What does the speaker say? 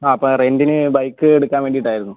ആ അപ്പോ റെൻ്റിന് ബൈക്ക് എടുക്കാൻ വേണ്ടിയിട്ടായിരുന്നു